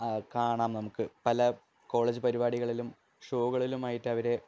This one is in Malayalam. കാരണം നമുക്ക് പല കോളേജ് പരുപാടികളിലും ഷോകളിലും ആയിട്ട് അവരെ